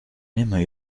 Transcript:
nimmer